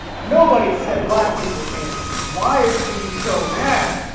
nobody said black people, candace! why are you so mad?